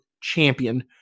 champion